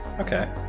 Okay